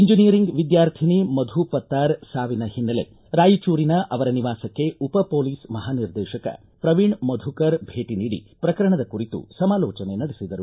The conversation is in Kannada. ಇಂಜಿನಿಯರಿಂಗ್ ವಿದ್ಯಾರ್ಥಿನಿ ಮಧು ಪತ್ತಾರ್ ಸಾವಿನ ಹಿನ್ನೆಲೆ ರಾಯಚೂರಿನ ಅವರ ನಿವಾಸಕ್ಕೆ ಉಪಹೊಲೀಸ್ ಮಹಾನಿರ್ದೇಶಕ ಪ್ರವೀಣ ಮಧುಕರ ಭೇಟ ನೀಡಿ ಪ್ರಕರಣದ ಕುರಿತು ಸಮಾಲೋಚನೆ ನಡೆಸಿದರು